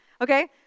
Okay